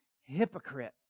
hypocrite